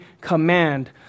command